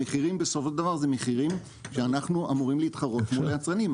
המחירים בסופו של דבר אלה מחירים שאנחנו אמורים להתחרות מול היצרנים.